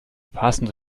passende